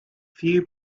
few